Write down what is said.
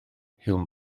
hiwmor